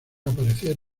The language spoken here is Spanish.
aparecer